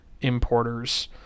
importers